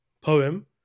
poem